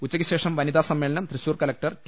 ഉച്ചക്കു ശേഷം വനിതാ സമ്മേളനം തൃശൂർ കലക്ടർ ടി